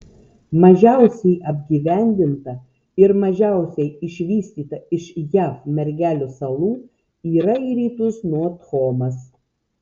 mažiausiai apgyvendinta ir mažiausiai išvystyta iš jav mergelių salų yra į rytus nuo thomas